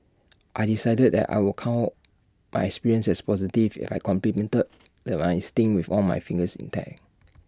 I decided that I would count my experience as positive if I completed that my stint with all my fingers intact